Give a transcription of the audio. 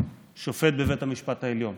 שופט בבית המשפט העליון,